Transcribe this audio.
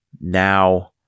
now